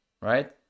right